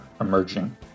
emerging